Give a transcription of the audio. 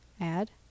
Add